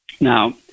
Now